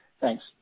Thanks